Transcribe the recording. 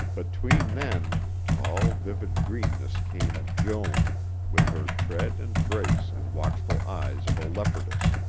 between then tall, vivid greenness came joan with her tread and grace and watchful eyes of a leopardess,